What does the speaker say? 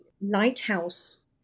lighthouse